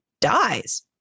dies